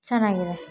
ಚೆನ್ನಾಗಿದೆ